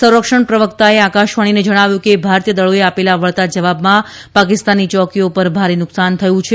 સંરક્ષણ પ્રવકતાએ આકાશવાણીને જણાવ્યું કે ભારતીયદળોએ આપેલા વળતા જવાબમાં પાકિસ્તાની ચોકીઓ પર ભારે નુકસાન થયું છે